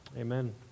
Amen